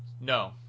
No